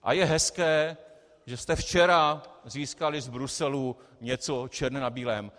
A je hezké, že jste včera získali z Bruselu něco černé na bílém.